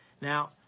Now